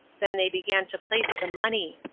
then they began to place the money.